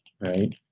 right